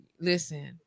Listen